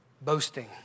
boasting